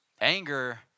Anger